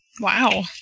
Wow